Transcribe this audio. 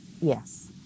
Yes